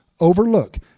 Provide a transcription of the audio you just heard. overlook